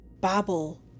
babble